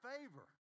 favor